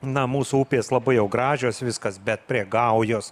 na mūsų upės labai jau gražios viskas bet prie gaujos